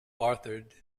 authored